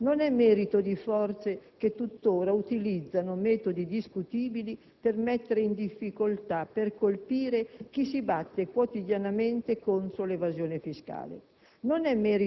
Oggi parte allora un nuovo cammino. E questo è possibile, non grazie ad artifici contabili, ma a risorse vere, frutto delle scelte e dell'impegno del centro-sinistra.